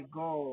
go